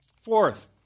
Fourth